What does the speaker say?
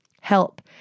Help